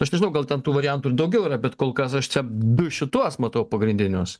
aš nežinau gal ten tų variantų ir daugiau bet kol kas aš čia du šituos matau pagrindinius